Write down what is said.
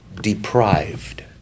deprived